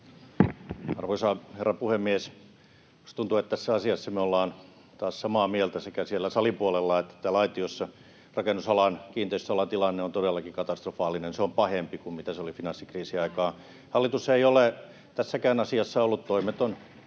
Arvoisa herra puhemies! Minusta tuntuu, että tässä asiassa me ollaan taas samaa mieltä sekä siellä salin puolella että täällä aitiossa. Rakennusalan ja kiinteistöalan tilanne on todellakin katastrofaalinen, ja se on pahempi kuin mitä se oli finanssikriisin aikaan. Hallitus ei ole tässäkään asiassa ollut toimeton,